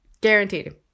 guaranteed